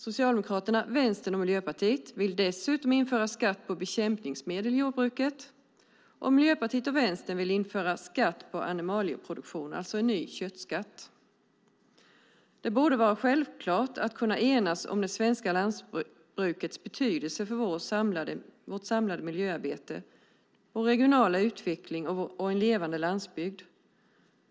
Socialdemokraterna, Vänstern och Miljöpartiet vill dessutom införa en skatt på bekämpningsmedel i jordbruket. Miljöpartiet och Vänstern vill införa en skatt på animalieproduktionen, alltså en ny köttskatt. Det borde vara självklart att kunna enas om det svenska lantbrukets betydelse för vårt samlade miljöarbete, vår regionala utveckling och en levande landsbygd.